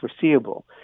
foreseeable